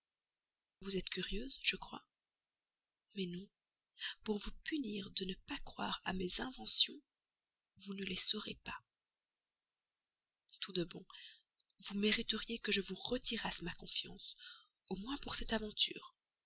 vous êtes curieuse je crois mais non pour vous punir de ne pas croire à mes inventions vous ne les saurez pas tout de bon vous mériteriez que je vous retirasse ma confiance au moins pour cette aventure